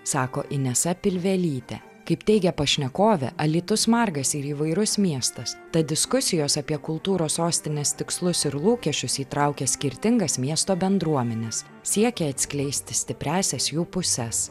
sako inesa pilvelytė kaip teigia pašnekovė alytus margas ir įvairus miestas tad diskusijos apie kultūros sostinės tikslus ir lūkesčius įtraukia skirtingas miesto bendruomenes siekia atskleisti stipriąsias jų puses